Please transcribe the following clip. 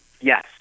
Yes